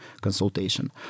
consultation